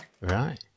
Right